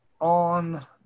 on